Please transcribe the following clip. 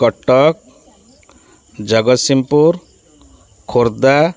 Cuttack Jagatsinghpur Khordha